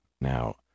now